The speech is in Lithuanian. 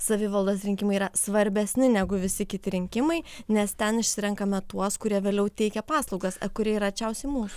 savivaldos rinkimai yra svarbesni negu visi kiti rinkimai nes ten išsirenkame tuos kurie vėliau teikia paslaugas kurie yra arčiausiai mūsų